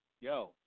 Yo